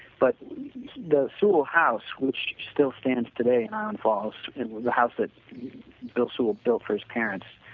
but the sewall house which still stands today in island falls, it was the house that bill sewall built for his parents